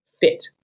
fit